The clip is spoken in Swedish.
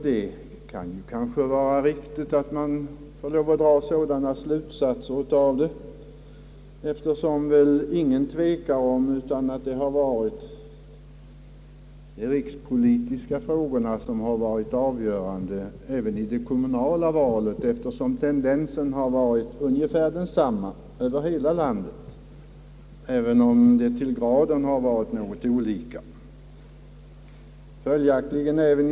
Det är kanske riktigt att dra en sådan slutsats, eftersom det inte råder någon tvekan om att de rikspolitiska frågorna har varit avgörande även vid det kommunala valet. Tendensen har varit ungefär densamma över hela landet, även om utslagen har varit något olika till graden.